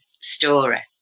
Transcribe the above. story